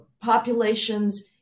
populations